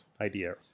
idea